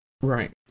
Right